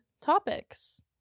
topics